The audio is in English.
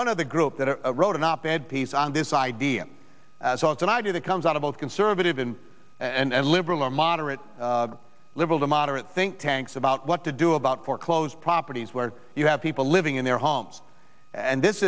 one of the group that wrote an op ed piece on this idea as well it's an idea that comes out of a conservative in and liberal or moderate liberal to moderate think tanks about what to do about foreclosed properties where you have people living in their homes and this